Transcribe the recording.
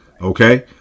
okay